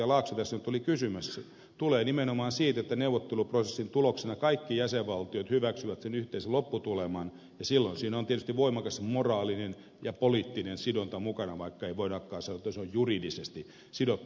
laakso tässä nyt oli kysymässä tulee nimenomaan siitä että neuvotteluprosessin tuloksena kaikki jäsenvaltiot hyväksyvät sen yhteisen lopputuleman ja silloin siinä on tietysti voimakas moraalinen ja poliittinen sidonta mukana vaikka ei voidakaan sanoa että se on juridisesti sidottu